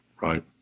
Right